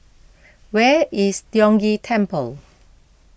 where is Tiong Ghee Temple